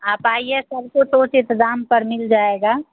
आप आइए सब कुछ इंतेज़ाम पर मिल जाएगा